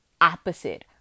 opposite